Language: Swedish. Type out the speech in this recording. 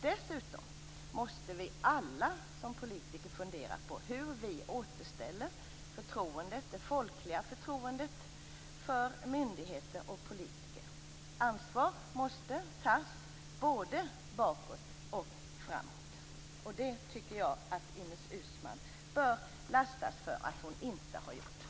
Dessutom måste vi alla som politiker fundera på hur vi återställer det folkliga förtroendet för myndigheter och politiker. Ansvar måste tas både bakåt och framåt. Jag tycker att Ines Uusmann bör lastas för att hon inte har gjort det.